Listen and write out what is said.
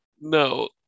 No